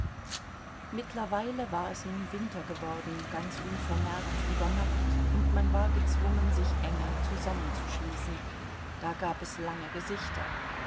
mittlerweile war es nun winter geworden ganz unvermerkt über nacht und man war gezwungen sich enger zusammenzuschließen da gab es lange gesichter